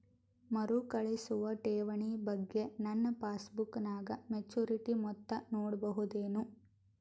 ಮರುಕಳಿಸುವ ಠೇವಣಿ ಬಗ್ಗೆ ನನ್ನ ಪಾಸ್ಬುಕ್ ನಾಗ ಮೆಚ್ಯೂರಿಟಿ ಮೊತ್ತ ನೋಡಬಹುದೆನು?